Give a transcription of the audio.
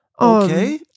Okay